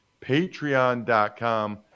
Patreon.com